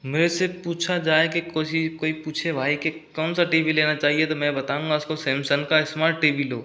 मेरे से पूछा जाए कि कोई ही कोई पूछे भाई कि कौन सा टी वी लेना चाहिए तो मैं बताऊंगा उसको सैमसंग का स्मार्ट टी वी लो